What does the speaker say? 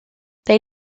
they